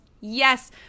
Yes